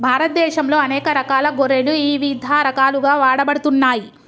భారతదేశంలో అనేక రకాల గొర్రెలు ఇవిధ రకాలుగా వాడబడుతున్నాయి